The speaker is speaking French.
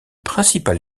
principal